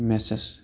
message